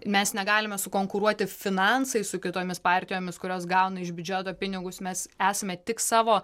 mes negalime sukonkuruoti finansais su kitomis partijomis kurios gauna iš biudžeto pinigus mes esame tik savo